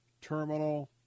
terminal